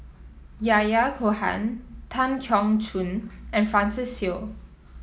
Yahya Cohen Tan Keong Choon and Francis Seow